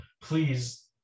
please